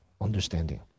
understanding